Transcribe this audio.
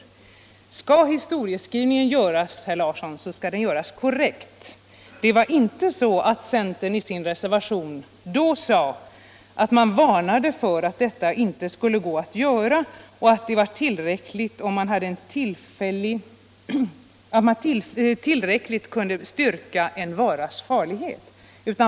Skall det göras en historieskrivning skall den göras korrekt, herr Larsson. Det var inte så att centern i sin reservation varnade för att detta inte skulle vara möjligt och att det var tillräckligt om man kunde styrka en varas farlighet.